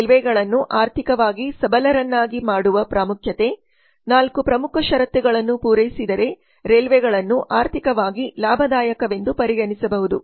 ರೈಲ್ವೆಗಳನ್ನು ಆರ್ಥಿಕವಾಗಿ ಸಬಲರನ್ನಾಗಿ ಮಾಡುವ ಪ್ರಾಮುಖ್ಯತೆ ನಾಲ್ಕು ಪ್ರಮುಖ ಷರತ್ತುಗಳನ್ನು ಪೂರೈಸಿದರೆ ರೈಲ್ವೆಗಳನ್ನು ಆರ್ಥಿಕವಾಗಿ ಲಾಭದಾಯಕವೆಂದು ಪರಿಗಣಿಸಬಹುದು